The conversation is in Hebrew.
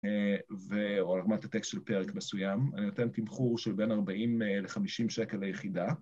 ואו לגמת הטקסט של פרק מסוים, אני נותן תמכור של בין 40 ל-50 שקל ליחידה